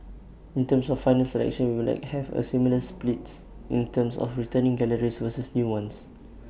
in terms of final selection we will like have A similar splits in terms of returning galleries versus new ones